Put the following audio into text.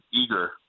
eager